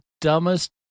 dumbest